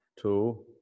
two